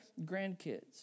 grandkids